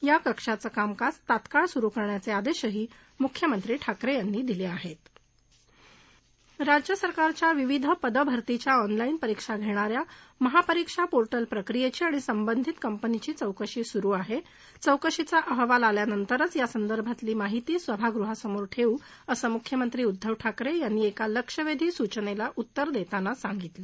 या कक्षाचं कामकाज तात्काळ सुरू करण्याचक्रिदद्धाही मुख्यमंत्री ठाकरक्रिनी दिलक्रिहित राज्य सरकारच्या विविध पद भरतीच्या ऑनलाईन परीक्षा घणिऱ्या महापरिक्षा पोर्टल प्रक्रियद्धी आणि संबंधित कंपनीची चौकशी सुरू आहा क्वीकशीचा अहवाल आल्यानंतरच यासंदर्भातली माहिती सभागृहासमोर ठक्क्वी असं मुख्यमंत्री उद्दव ठाकरव्यानी एका लक्षवद्धी सूचनद्धी उत्तर दक्तिना सांगितलं